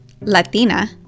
latina